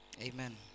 amen